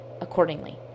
accordingly